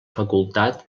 facultat